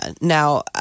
Now